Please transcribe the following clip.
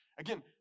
Again